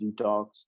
detox